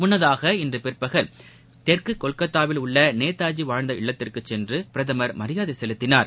முள்ளதாக இன்று பிற்பகல் தெற்கு கொல்கத்தாவில் உள்ள நேதாஜி வாழ்ந்த இல்லத்திற்கு சென்று பிரதமர் மரியாதை செலுத்தினார்